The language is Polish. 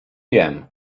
jem